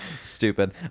Stupid